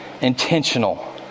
intentional